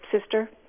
sister